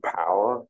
power